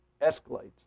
escalates